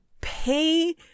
pay